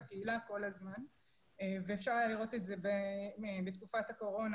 הקהילה כל הזמן ואפשר היה לראות את זה בתקופת הקורונה,